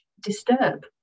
disturb